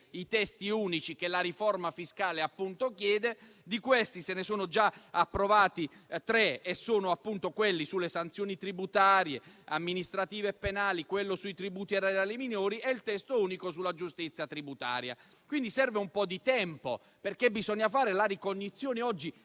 i testi unici che la riforma fiscale chiede: ne sono già stati approvati tre e sono appunto quello sulle sanzioni tributarie, amministrative e penali, quello sui tributi erariali minori e il testo unico sulla giustizia tributaria. Quindi serve un po' di tempo, perché bisogna fare la ricognizione oggi